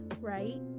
Right